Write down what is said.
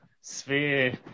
sphere